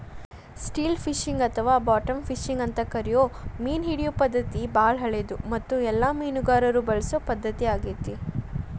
still fishing ಅಥವಾ bottom fishing ಅಂತ ಕರಿಯೋ ಮೇನಹಿಡಿಯೋ ಪದ್ಧತಿ ಬಾಳ ಹಳೆದು ಮತ್ತು ಎಲ್ಲ ಮೇನುಗಾರರು ಬಳಸೊ ಪದ್ಧತಿ ಆಗೇತಿ